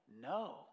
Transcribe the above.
no